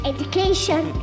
Education